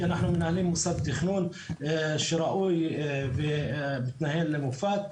כי אנחנו מנהלים מוסד תכנון שראוי ומתנהל למופת.